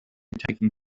taking